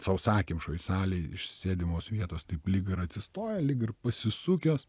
sausakimšoj salėj iš sėdimos vietos taip lyg ir atsistoja lyg ir pasisukęs